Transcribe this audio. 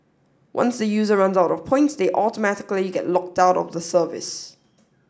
once the user runs out of points they automatically get locked out of the service